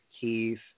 Keith